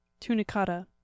tunicata